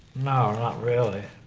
no, not really.